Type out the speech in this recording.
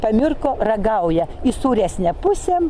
pamirko ragauja į sūresnę pusę